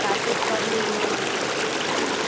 कातिक पबनीमे